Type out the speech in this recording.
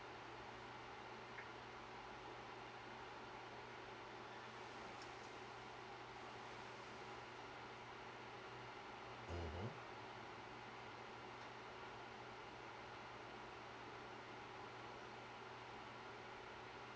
mmhmm